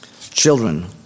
children